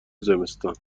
زمستان